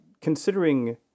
considering